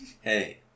Hey